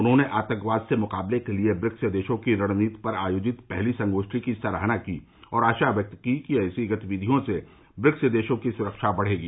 उन्होंने आतंकवाद से मुकाबले के लिए ब्रिक्स देशों के रणनीति पर आयोजित पहली संगोष्ठी की सराहना की और आशा व्यक्त की कि ऐसी गतिविधियों से ब्रिक्स देशों के बीच सुरक्षा सहयोग बढ़ोगा